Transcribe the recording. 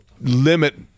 limit –